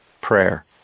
Prayer